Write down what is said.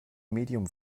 medium